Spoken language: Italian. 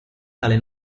tale